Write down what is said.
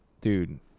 Dude